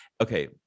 okay